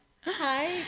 Hi